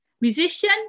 musician